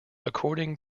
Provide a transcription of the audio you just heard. according